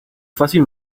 fácil